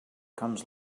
comes